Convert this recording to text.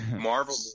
Marvel